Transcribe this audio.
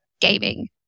gaming